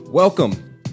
Welcome